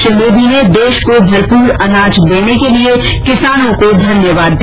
श्री मोदी ने देश को भरपूर अनाज देने के लिए किसानों को धन्यवाद दिया